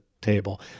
table